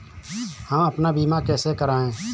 हम अपना बीमा कैसे कराए?